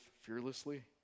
fearlessly